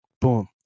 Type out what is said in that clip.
Boom